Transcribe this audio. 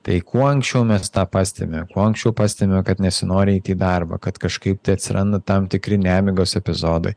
tai kuo anksčiau mes tą pastebime kuo anksčiau pastebime kad nesinori eiti į darbą kad kažkaip atsiranda tam tikri nemigos epizodai